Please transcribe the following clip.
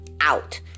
out